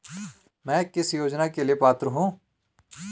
मैं किस योजना के लिए पात्र हूँ?